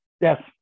Yes